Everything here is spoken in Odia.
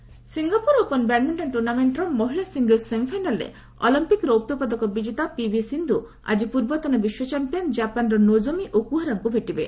ବ୍ୟାଡମିଣ୍ଟନ ସିଙ୍ଗାପୁର ଓପନ୍ ବ୍ୟାଡମିଣ୍ଟନ ଟୁର୍ଣ୍ଣାମେଣ୍ଟର ମହିଳା ସିଙ୍ଗଲ୍ସ ସେମିଫାଇନାଲ୍ରେ ଅଲିମ୍ପିକ୍ ରୌପ୍ୟପଦକ ବିଜେତା ପିଭି ସିନ୍ଧୁ ଆଜି ପୂର୍ବତନ ବିଶ୍ୱ ଚମ୍ପିୟାନ୍ ଜାପାନର ନୋକୋମି ଓକୁହାରାଙ୍କୁ ଭେଟିବେ